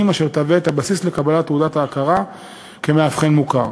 אשר תהיה הבסיס לקבלת תעודת ההכרה כמאבחן מוכר.